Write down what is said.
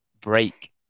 break